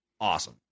awesome